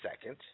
second